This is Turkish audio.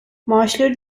maaşları